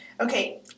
okay